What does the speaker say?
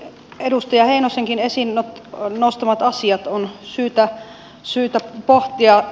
edustaja heinosenkin esiin nostamia asioita on syytä pohtia